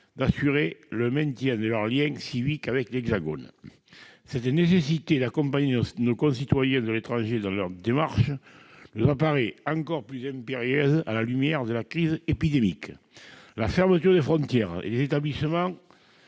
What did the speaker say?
à assurer le maintien de leur lien civique avec l'Hexagone. Cette nécessité d'accompagner nos concitoyens de l'étranger dans leurs démarches nous apparaît encore plus impérieuse à la lumière de la crise épidémique. La fermeture des frontières et des établissements